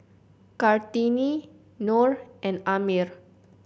Kartini Nor and Ammir